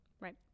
Right